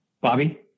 Bobby